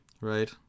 Right